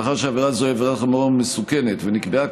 מאחר שעבירה זו היא עבירה חמורה ומסוכנת ונקבעה